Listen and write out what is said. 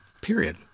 period